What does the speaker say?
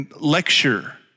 lecture